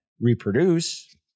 reproduce